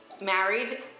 married